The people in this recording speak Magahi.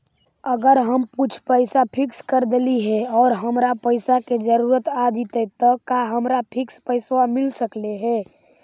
अगर हम कुछ पैसा फिक्स कर देली हे और हमरा पैसा के जरुरत आ जितै त का हमरा फिक्स पैसबा मिल सकले हे?